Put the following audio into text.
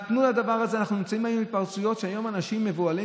אנחנו נמצאים היום בהתפרצויות שהיום אנשים מבוהלים